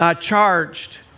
charged